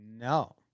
No